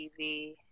TV